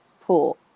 pool